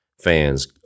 fans